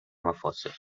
مفاصل